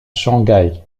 shanghai